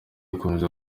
gukomeza